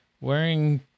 wearing